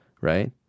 right